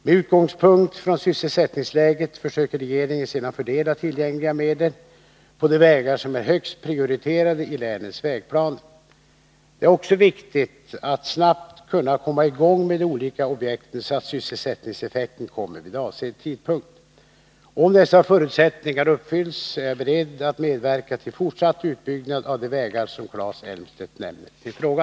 Med utgångspunkt i sysselsättningsläget försöker regeringen sedan fördela tillgängliga medel på de vägar som är högst prioriterade i länens vägplaner. Det är också viktigt att snabbt kunna komma i gång med de olika objekten, så att sysselsättningseffekten kommer vid avsedd tidpunkt. Om dessa förutsättningar uppfylls är jag beredd att medverka till fortsatt utbyggnad av de vägar som Claes Elmstedt nämner i sin fråga.